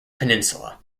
peninsula